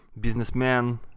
businessman